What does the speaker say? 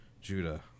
Judah